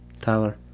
tyler